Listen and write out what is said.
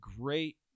great